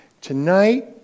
Tonight